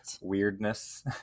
weirdness